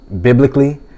biblically